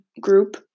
group